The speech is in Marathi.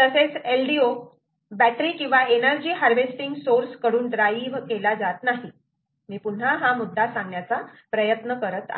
तसेच LDO बॅटरी किंवा एनर्जी हार्वेस्टिंग सोर्स कडून ड्राईव्ह केला जात नाही मी पुन्हा हा मुद्दा सांगण्याचा प्रयत्न करत आहे